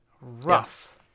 Rough